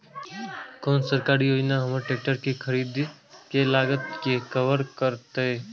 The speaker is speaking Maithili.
कोन सरकारी योजना हमर ट्रेकटर के खरीदय के लागत के कवर करतय?